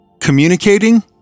communicating